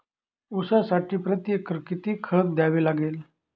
ऊसासाठी प्रतिएकर किती खत द्यावे लागेल?